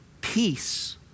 peace